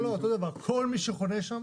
כל מי שחונה שם